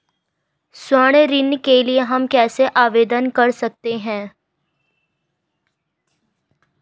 स्वर्ण ऋण के लिए हम कैसे आवेदन कर सकते हैं?